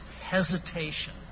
hesitation